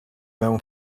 mewn